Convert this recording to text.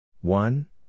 One